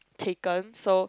taken so